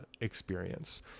experience